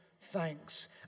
thanks